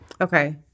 Okay